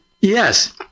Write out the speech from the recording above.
Yes